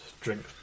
drink